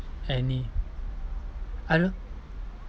ani~ I don't